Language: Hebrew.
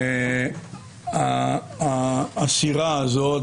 האסירה הזאת